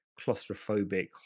claustrophobic